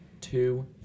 two